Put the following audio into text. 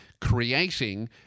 creating